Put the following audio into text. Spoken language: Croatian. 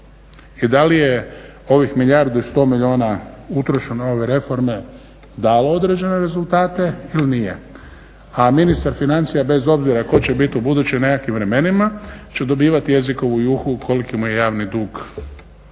i da li je ovih milijardu i 100 milijuna utrošeno u ove reforme dalo određene rezultate ili nije. A ministar financija, bez obzira tko će biti u budućim nekakvim vremenima, će dobivati jezikovu juhu koliki mu je javni dug